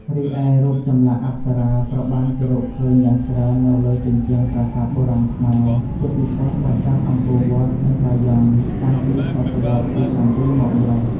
រីឯ រូបចម្លាក់អប្សរាត្រូវបានគេរកឃើញយ៉ាងច្រើននៅលើជញ្ជាំងប្រាសាទបុរាណខ្មែរ ជាពិសេសប្រាសាទអង្គរវត្ត និងបាយ័ន តាំងពីសតវត្សរ៍ទី ៧ មកម្ល៉េះ។